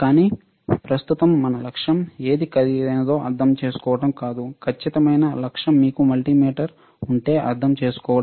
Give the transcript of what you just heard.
కానీ ప్రస్తుతం మనం లక్ష్యం ఏది ఖరీదైనదో అర్థం చేసుకోవడం కాదు ఖచ్చితమైన లక్ష్యం మీకు మల్టీమీటర్ ఉంటే అర్థం చేసుకోవడం